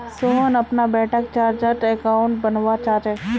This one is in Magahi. सोहन अपना बेटाक चार्टर्ड अकाउंटेंट बनवा चाह्चेय